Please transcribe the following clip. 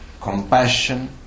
compassion